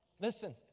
listen